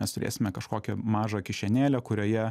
mes turėsime kažkokią mažą kišenėlę kurioje